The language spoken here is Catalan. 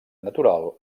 natural